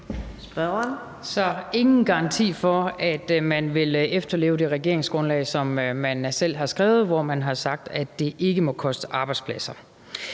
var ingen garanti for, at man vil efterleve det regeringsgrundlag, som man selv har skrevet, og hvor man har sagt, at det ikke må koste arbejdspladser.